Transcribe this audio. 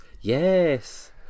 Yes